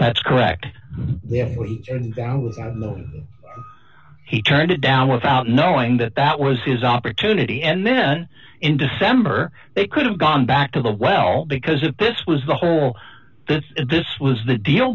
that's correct he turned it down without knowing that that was his opportunity and then in december they could have gone back to the well because if this was the whole this was the deal